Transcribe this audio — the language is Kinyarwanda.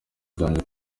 byanjye